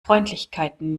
freundlichkeiten